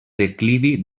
declivi